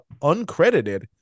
uncredited